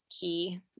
key